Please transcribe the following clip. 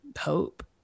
hope